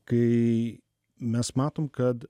kai mes matom kad